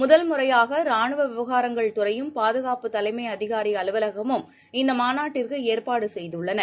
முறையாகராணுவவிவகாரங்கள் முதல் துறையும் பாதுகாப்பு தலைமைஅதிகாரிஅலுவலகமும் இந்தமாநாட்டிற்குஏற்பாடுசெய்துள்ளன